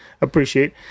appreciate